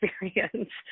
experience